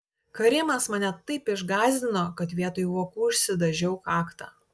karimas mane taip išgąsdino kad vietoj vokų išsidažiau kaktą